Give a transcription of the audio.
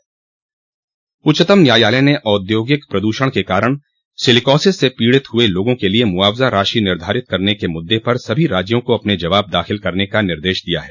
उच्चतम न्यायालय ने औद्योगिक प्रदूषण के कारण सिलिकॉसिस से पीडित हुए लोगों के लिए मुआवजा राशि निर्धारित करने के मुद्दे पर सभी राज्यों को अपने जवाब दाखिल करने का निर्देश दिया है